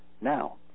now